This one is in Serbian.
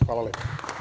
Hvala lepo.